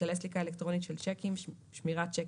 בכללי סליקה אלקטרונית של שיקים (שמירת שיקים),